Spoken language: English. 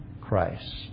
Christ